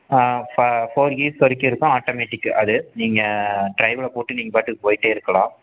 four gears வரைக்கும் இருக்கும் automatic அது நீங்கள் ட்ரைவில் போட்டு நீங்கள் பாட்டுக்கு போய்ட்டே இருக்கலாம்